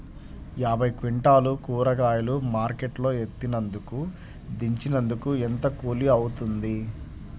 యాభై క్వింటాలు కూరగాయలు మార్కెట్ లో ఎత్తినందుకు, దించినందుకు ఏంత కూలి అవుతుంది?